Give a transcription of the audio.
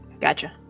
Gotcha